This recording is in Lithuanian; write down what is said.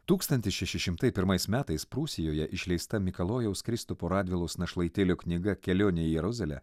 tūkstantis šeši šimtai pirmais metais prūsijoje išleista mikalojaus kristupo radvilos našlaitėlio knyga kelionė į jeruzalę